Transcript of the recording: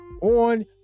on